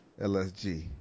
lsg